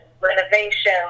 renovation